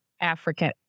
African